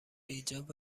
ایجاب